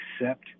accept